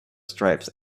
stripes